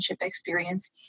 experience